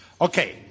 Okay